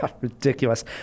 Ridiculous